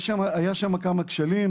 היו שם כמה כשלים,